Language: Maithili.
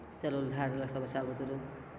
जल उल ढारलक सब बच्चा बुतरु